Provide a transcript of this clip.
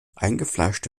eingefleischte